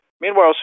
Meanwhile